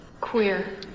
Queer